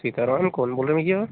सीता राम कौन बोल रहे हैं भैया